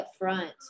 upfront